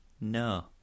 No